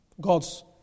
God's